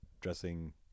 dressing